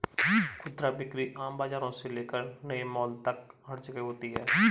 खुदरा बिक्री आम बाजारों से लेकर नए मॉल तक हर जगह होती है